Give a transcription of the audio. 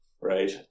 right